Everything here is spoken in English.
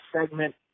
segment